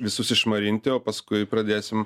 visus išmarinti o paskui pradėsim